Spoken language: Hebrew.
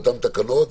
באותן תקנות,